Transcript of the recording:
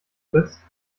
frites